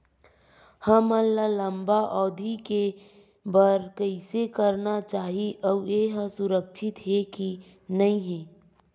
हमन ला लंबा अवधि के बर कइसे करना चाही अउ ये हा सुरक्षित हे के नई हे?